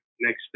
next